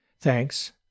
Thanks